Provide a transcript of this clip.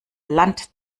land